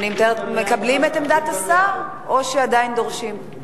מקבלים את עמדת השר או שעדיין דורשים, ?